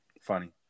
funny